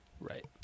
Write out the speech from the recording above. Right